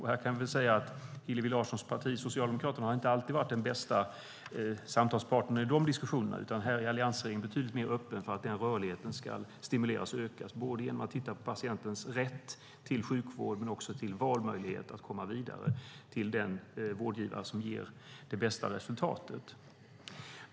Här kan väl sägas att Hillevi Larssons parti Socialdemokraterna inte alltid har varit den bästa samtalspartnern i de diskussionerna, utan alliansregeringen är betydligt mer öppen för att den rörligheten ska stimuleras och öka, både genom att titta på patientens rätt till sjukvård och genom valmöjlighet att komma vidare till den vårdgivare som ger det bästa resultatet.